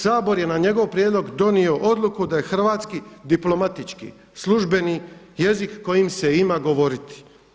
Sabor je na njegov prijedlog donio odluku da je hrvatski diplomatički službeni jezik kojim se ima govoriti.